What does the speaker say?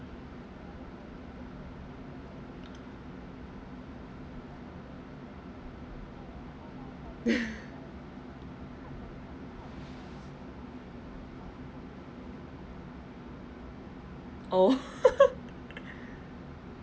oh